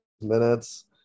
minutes